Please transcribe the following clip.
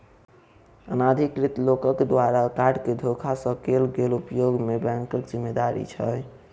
अनाधिकृत लोकक द्वारा कार्ड केँ धोखा सँ कैल गेल उपयोग मे बैंकक की जिम्मेवारी छैक?